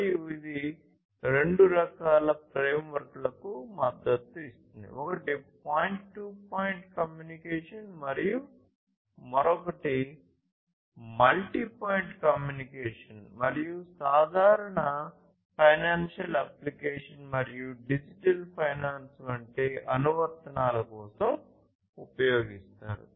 మరియు ఇది రెండు రకాల ఫ్రేమ్వర్క్లకు మద్దతు ఇస్తుంది ఒకటి పాయింట్ టు పాయింట్ కమ్యూనికేషన్ మరియు మరొకటి మల్టీ పాయింట్ కమ్యూనికేషన్ మరియు సాధారణంగా ఫైనాన్షియల్ అప్లికేషన్స్ మరియు డిజిటల్ ఫైనాన్స్ వంటి అనువర్తనాల కోసం ఉపయోగిస్తారు